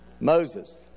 Moses